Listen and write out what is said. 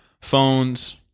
phones